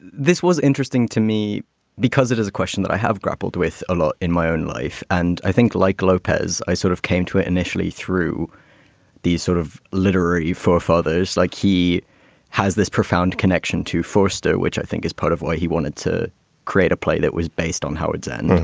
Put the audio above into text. this was interesting to me because it is a question that i have grappled with a lot in my own life. and i think like lopez, i sort of came to it initially through these sort of literary forefather's, like he has this profound connection to fausto, which i think is part of why he wanted to create a play that was based on howards end.